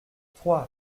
trois